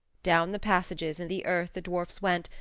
down the passages in the earth the dwarfs went,